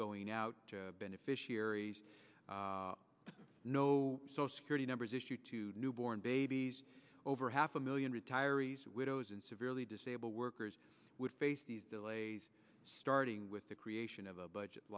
going out beneficiaries no social security numbers issued newborn babies over half a million retirees widows and severely disabled workers would face these delays starting with the creation of a budget